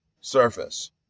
surface